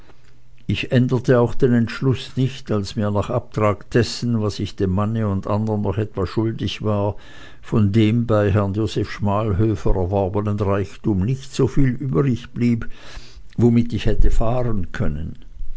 ich änderte auch den entschluß nicht als mir nach abtrag dessen was ich dem manne und andern noch etwa schuldig war von dem bei herren joseph schmalhöfer erworbenen reichtume nicht so viel übrigblieb womit ich hätte fahren können